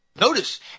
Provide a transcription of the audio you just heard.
Notice